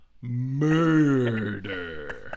Murder